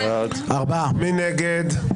מי נגד?